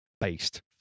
based